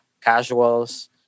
casuals